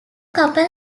couple